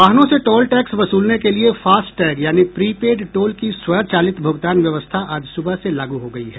वाहनों से toll tax वसूलने के लिए फास्टैग यानी प्रीपेड टोल की स्वचालित भुगतान व्यवस्था आज सुबह से लागू हो गई है